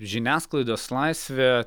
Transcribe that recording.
žiniasklaidos laisvė